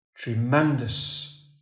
Tremendous